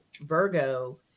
Virgo